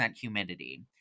humidity